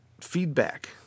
feedback